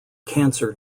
cancer